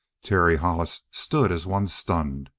terry hollis stood as one stunned.